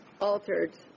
altered